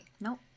Nope